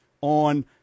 on